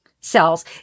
cells